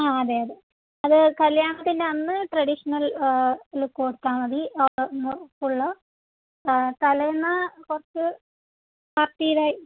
ആ അതെ അതെ അത് കല്ല്യാണത്തിൻ്റെ അന്ന് ട്രഡീഷണൽ ലുക്ക് കൊടുത്താൽ മതി അന്ന് ഫുൾ തലേന്ന് കുറച്ച് പാർട്ടി വെയ്